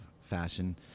fashion